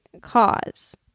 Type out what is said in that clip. Cause